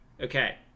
Okay